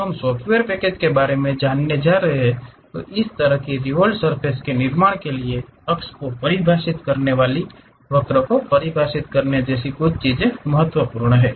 जब हम इस सॉफ़्टवेयर पैकेज के बारे में जानने जा रहे हैं तो इस तरह की रिवोल्व्ड़ सर्फ़ेस के निर्माण के लिए अक्ष को परिभाषित करने वाली वक्र को परिभाषित करने जैसी कुछ चीजें महत्वपूर्ण हैं